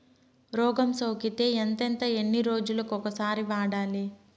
రోగం సోకితే ఎంతెంత ఎన్ని రోజులు కొక సారి వాడాలి?